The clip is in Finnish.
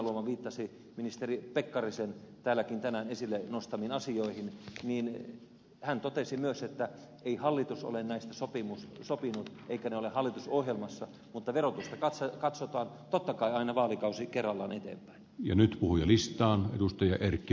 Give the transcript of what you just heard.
heinäluoma viittasi ministeri pekkarisen täälläkin tänään esille nostamiin asioihin hän totesi myös että ei hallitus ole näistä sopinut eivätkä ne ole hallitusohjelmassa mutta verotusta katsotaan totta kai aina vaalikausi kerrallaan eteen ja nyt puhdistaa edustaja eteenpäin